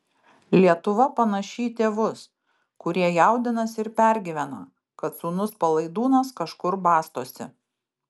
lietuva panaši į tėvus kurie jaudinasi ir pergyvena kad sūnus palaidūnas kažkur bastosi